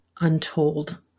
untold